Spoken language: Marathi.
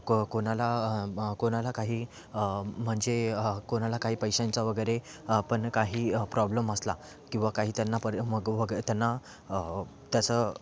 को कोणाला कोणाला काही म्हणजे हां कोणाला काही पैशांचा वगैरे पण काही प्रॉब्लेम असला किंवा काही त्यांना पड मग मग त्यांना त्याचं